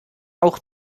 auch